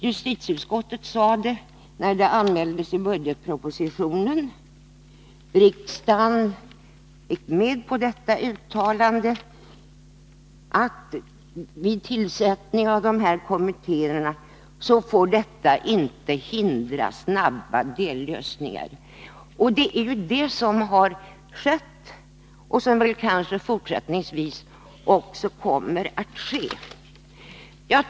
När detta anmäldes i budgetpropositionen anförde ju justitieutskottet — vilket riksdagen instämde i — att tillsättningen av dessa kommittéer inte fick hindra snabba dellösningar. Det är detta som har skett, och som kanske även fortsättningsvis kommer att ske.